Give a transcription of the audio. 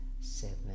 seven